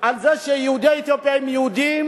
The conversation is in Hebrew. על זה שיהודי אתיופיה הם יהודים